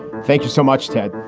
thank you so much, ted.